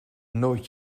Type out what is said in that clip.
nooit